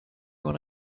when